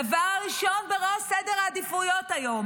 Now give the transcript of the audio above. הדבר הראשון בראש סדר העדיפויות היום